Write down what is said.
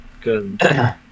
Good